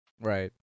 right